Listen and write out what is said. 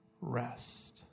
rest